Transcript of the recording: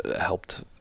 helped